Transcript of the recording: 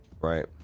Right